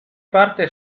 parte